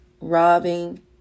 Robbing